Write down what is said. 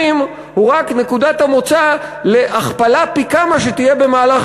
הוא רק נקודת המוצא להכפלה פי-כמה שתהיה במהלך